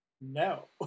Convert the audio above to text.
no